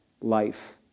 life